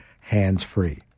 hands-free